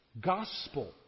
gospel